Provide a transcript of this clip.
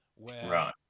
Right